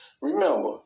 Remember